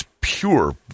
pure